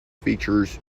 features